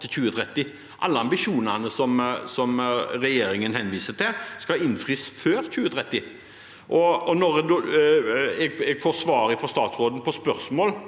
til 2030. Alle ambisjonene som regjeringen henviser til, skal innfris før 2030. Når jeg får svar fra statsråden på spørsmål